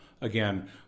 again